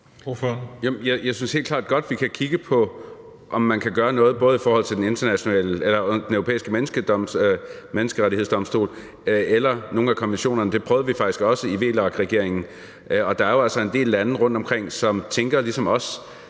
Jeg synes helt klart godt, at vi kan kigge på, om man kan gøre noget både i forhold til Den Europæiske Menneskerettighedsdomstol og nogle af konventionerne. Det prøvede vi faktisk også i VLAK-regeringen, og der er jo en del lande rundtomkring, som tænker ligesom os,